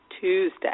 Tuesday